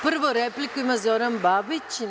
Prvu repliku ima Zoran Babić.